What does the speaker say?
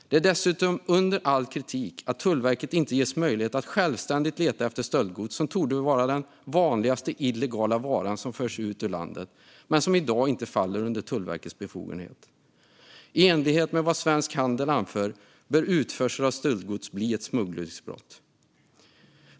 Det är dessutom under all kritik att Tullverket inte ges möjlighet att självständigt leta efter stöldgods, som torde vara den vanligaste illegala varan som förs ut ur landet, men som i dag inte faller under Tullverkets befogenhet. I enlighet med vad Svensk Handel anför bör utförsel av stöldgods bli ett smugglingsbrott.